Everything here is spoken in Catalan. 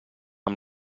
amb